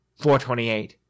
428